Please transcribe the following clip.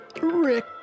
Rick